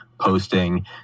posting